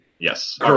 Yes